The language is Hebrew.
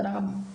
תודה רבה.